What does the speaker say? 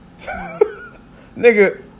Nigga